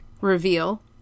reveal